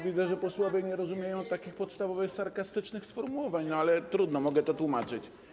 Widzę, że posłowie nie rozumieją takich podstawowych sarkastycznych sformułowań, ale trudno, mogę to tłumaczyć.